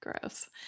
gross